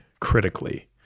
critically